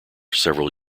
several